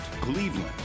Cleveland